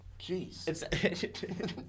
Jeez